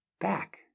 back